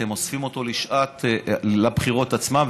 אתם אוספים אותו לבחירות עצמן,